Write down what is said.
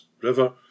River